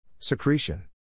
Secretion